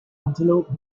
antelope